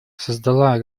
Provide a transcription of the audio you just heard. создала